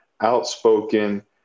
outspoken